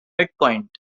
midpoint